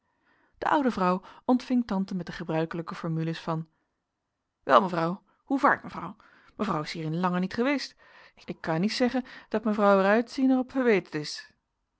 de oude vrouw ontving tante met de gebruikelijke formules van wel mevrouw hoe vaart mevrouw mevrouw is hier in lange niet eweest ik kan niet zeggen dat mevrouw er uitzien er op ebeterd is